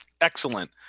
Excellent